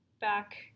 back